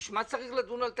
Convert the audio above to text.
בשביל מה שצריך לדון על תקציב?